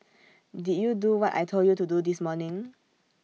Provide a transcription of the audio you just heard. did you do what I Told you to do this morning